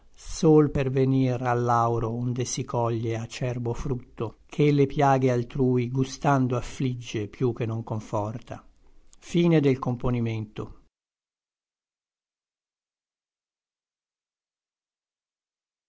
sol per venir al lauro onde si coglie acerbo frutto che le piaghe altrui gustando afflige piú che non conforta la gola e